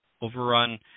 overrun